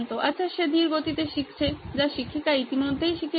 আচ্ছা সে ধীর গতিতে শিখছে যা শিক্ষিকা ইতিমধ্যেই শিখিয়ে দিয়েছেন